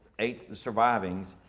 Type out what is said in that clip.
eight surviving.